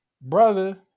brother